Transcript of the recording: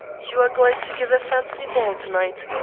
you are going to give a fancy ball to-night.